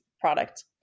Product